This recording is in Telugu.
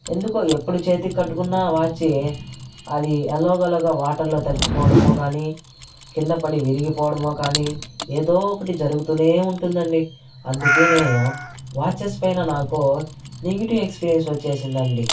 ఎందుకు ఎప్పుడు చేతికి కట్టుకున్న వాచి అది ఎల్లో కలర్ వాటర్ లో తడిచిపోవడమో కానీ కింద పడి విరిగిపోవడమో కాని ఏదో ఒకటి జరుగుతూనే ఉంటుందండి అందుకే నేను వాచెస్ పైన నాకు నెగటివ్ ఎక్స్పీరియన్స్ వచ్చేసిందండి